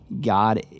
God